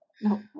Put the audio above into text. no